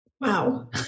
Wow